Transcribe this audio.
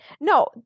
No